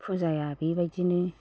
फुजाया बेबायदिनो